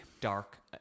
Dark